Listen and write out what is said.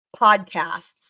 podcasts